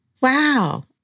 Wow